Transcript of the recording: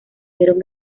vieron